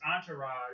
Entourage